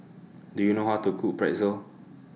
Do YOU know How to Cook Pretzel